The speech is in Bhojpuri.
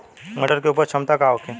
मटर के उपज क्षमता का होखे?